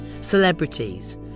celebrities